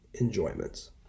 enjoyments